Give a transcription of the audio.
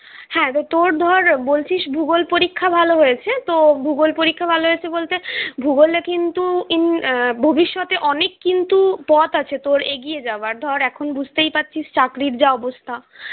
হ্যাঁ তো তোর ধর বলছিস ভূগোল পরীক্ষা ভালো হয়েছে তো ভূগোল পরীক্ষা ভালো হয়েছে বলতে ভূগোলে কিন্তু ভবিষ্যতে অনেক কিন্তু পথ আছে তোর এগিয়ে যাওয়ার ধর এখন বুঝতেই পারছিস চাকরির যা অবস্থা